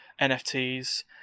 NFTs